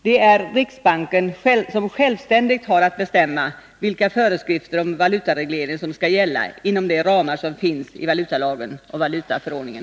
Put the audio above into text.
Det är riksbanken som självständigt har att bestämma vilka föreskrifter om valutareglering som skall gälla inom de ramar som finns i valutalagen och valutaförordningen.